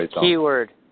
keyword